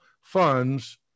funds